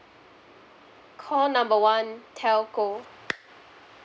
call number one telco